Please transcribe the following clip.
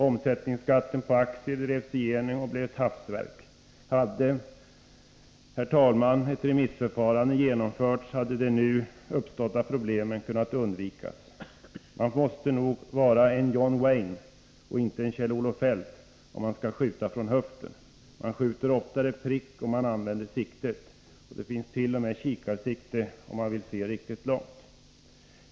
Omsättningsskat ten på aktier drevs igenom och blev ett hafsverk. Hade, herr talman, förslaget remissbehandlats, skulle de nu uppkomna problemen ha kunnat undvikas. Man måste nog vara en John Wayne och inte en Kjell-Olof Feldt om man skall skjuta från höften. Man skjuter oftare prick om man använder sikte — och det finns t.o.m. kikarsikte, om man vill se riktigt långt.